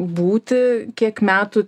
būti kiek metų